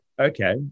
okay